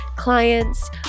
clients